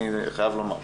אני חייב לומר.